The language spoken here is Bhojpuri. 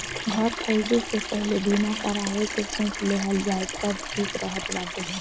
घर खरीदे से पहिले बीमा करावे के सोच लेहल जाए तअ ठीक रहत बाटे